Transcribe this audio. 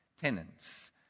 tenants